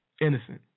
innocent